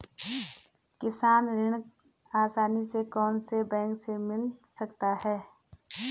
किसान ऋण आसानी से कौनसे बैंक से मिल सकता है?